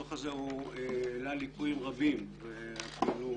הדוח הזה העלה ליקויים רבים ועמוקים